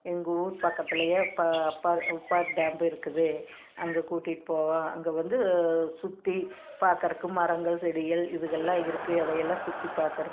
எங்க ஊர் பக்கத்திலயே ப பெர் பெர் டேம் இருக்குது அங்கே கூட்டிட்டு போவோம் அங்கே வந்து சுற்றி பார்க்கறக்கு மரங்கள் செடிகள் இதுகள்லாம் இருக்குது அதையெல்லாம் சுற்றி பார்க்கறக்கு